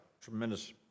Tremendous